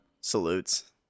Salutes